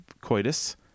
coitus